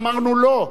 ואמרנו: לא.